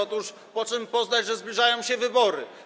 Otóż po czym poznać, że zbliżają się wybory?